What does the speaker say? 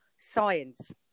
science